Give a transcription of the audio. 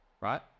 right